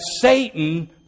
Satan